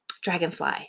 dragonfly